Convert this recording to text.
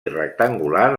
rectangular